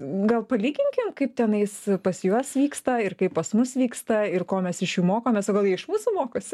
gal palyginkim kaip tenais pas juos vyksta ir kaip pas mus vyksta ir ko mes iš jų mokomės o gal jie iš viso mokosi